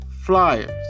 flyers